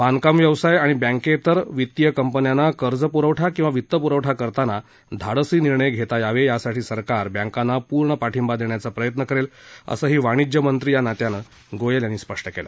बांधकाम व्यवसाय आणि बँकेतर वित्तीय कंपन्यांना कर्जपुरवठा किंवा वित्तपुरवठा करताना धाडसी निर्णय घेता यावे यासाठी सरकार बँकांना पूर्ण पाठिंबा देण्याचा प्रयत्न करेल असं वाणिज्य मंत्री या नात्यानं गोयल यांनी स्पष्ट केलं